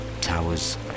towers